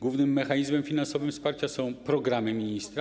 Głównym mechanizmem finansowym wsparcia są programy ministra.